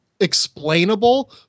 explainable